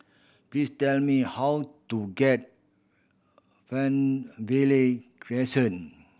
please tell me how to get Fernvale Crescent